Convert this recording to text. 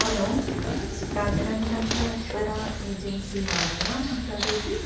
hello Rajaraja Rajeshwara agency వాళ్లేనా మాట్లాడేది